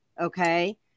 okay